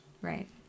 Right